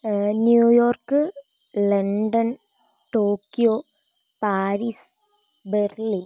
New York London Tokyo Paris Berlin